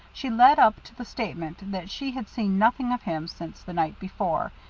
she led up to the statement that she had seen nothing of him since the night before,